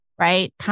Right